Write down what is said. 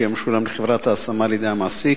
1. מה הוא הסכום החודשי המשולם לחברות ההשמה על-ידי המעסיק?